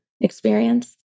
experience